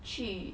去